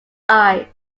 eyes